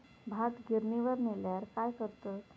भात गिर्निवर नेल्यार काय करतत?